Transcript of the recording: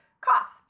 cost